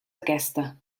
aquesta